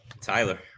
Tyler